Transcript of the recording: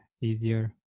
easier